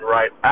Right